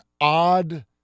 odd